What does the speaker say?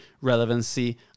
relevancy